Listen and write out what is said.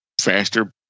faster